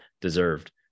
deserved